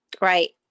Right